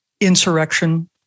insurrection